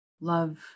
love